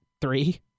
three